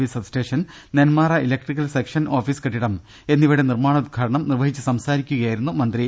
V substation Nenmara electrical section office കെട്ടിടം എന്നിവയുടെ നിർമ്മാണോദ്ഘാടനം നിർവ്വഹിച്ചു സംസാരിക്കുകയായിരുന്നു അദ്ദേഹം